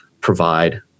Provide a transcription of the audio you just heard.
provide